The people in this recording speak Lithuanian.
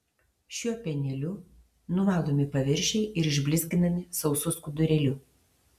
šiuo pieneliu nuvalomi paviršiai ir išblizginami sausu skudurėliu